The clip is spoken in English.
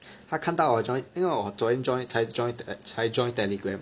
他看到我 join 因为我昨天 join 才 join 才 join Telegram